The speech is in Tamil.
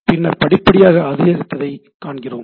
பின்னர் படிப்படியாக அதிகரித்ததைக் காண்கிறோம்